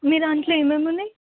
మీ దాంట్లో ఏమేమున్నాయి